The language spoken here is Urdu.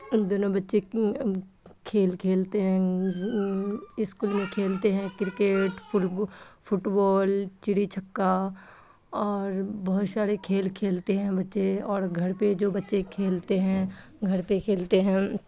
ان دنوں بچے کیوں کھیل کھیلتے ہیں اسکول میں کھیلتے ہیں کرکیٹ فٹ فٹ بال چڑی چھکا اور بہت شارے کھیل کھیلتے ہیں بچے اور گھر پہ جو بچے کھیلتے ہیں گھر پہ کھیلتے ہیں